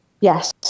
yes